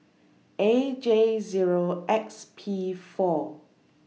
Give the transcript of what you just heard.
A J Zero X P four